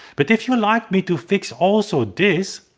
but if you'd like me to fix also this,